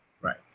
Right